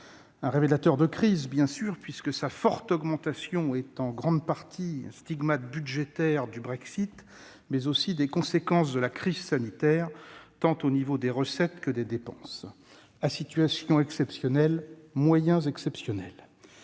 un révélateur de crise, puisque sa forte augmentation est en grande partie un stigmate budgétaire du Brexit, mais aussi des conséquences de la crise sanitaire, au niveau tant des recettes que des dépenses. À situation exceptionnelle, moyens exceptionnels.